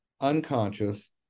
unconscious